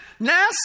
NASA